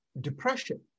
depression